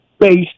based